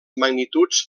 magnituds